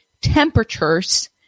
temperatures